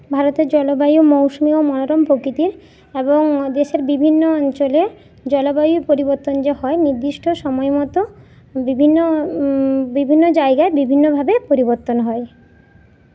ভারতের জলবায়ু মৌসুমি ও মনোরম প্রকৃতির এবং দেশের বিভিন্ন অঞ্চলে জলবায়ু পরিবর্তন যে হয় নির্দিষ্ট সময়মতো বিভিন্ন বিভিন্ন জায়গায় বিভিন্নভাবে পরিবর্তন হয়